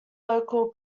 local